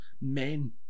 men